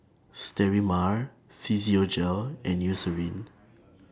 Sterimar Physiogel and Eucerin